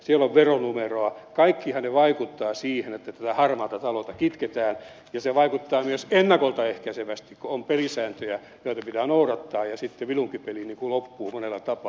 kaikkihan ne vaikuttavat siihen että harmaata taloutta kitketään ja se vaikuttaa myös ennakolta ehkäisevästi kun on pelisääntöjä joita pitää noudattaa ja sitten vilunkipeli loppuu monella tapaa